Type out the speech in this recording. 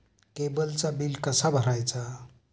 केबलचा बिल कसा भरायचा?